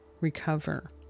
recover